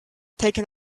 taking